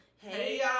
Hey